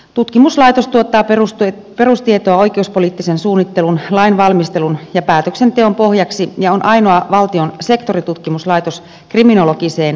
tutkimuslaitos tuottaa perustietoa oikeuspoliittisen suunnittelun lainvalmistelun ja päätöksenteon pohjaksi ja on ainoa valtion sektoritutkimuslaitos kriminologiseen perustutkimukseen